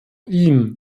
ihm